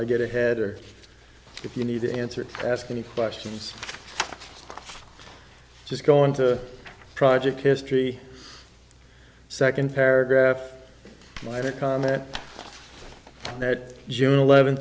i get ahead or if you need to answer ask any questions just going to project history second paragraph my comment that june eleven